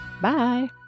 Bye